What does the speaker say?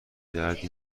دردی